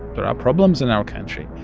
there are problems in our country.